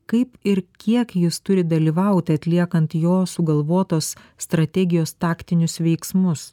kaip ir kiek jis turi dalyvauti atliekant jo sugalvotos strategijos taktinius veiksmus